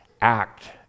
act